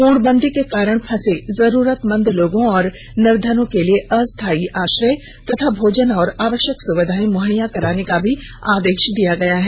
पूर्णबंदी के कारण फंसे जरूरतमंद लोगों और निर्धनों के लिए अस्थायी आश्रय तथा भोजन और आवश्यक सुविधाएं मुहैया कराने का भी आदेश दिया गया है